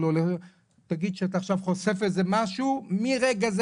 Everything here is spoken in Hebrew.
תגיד שאתה עכשיו חושף איזה משהו ומרגע זה